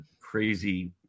crazy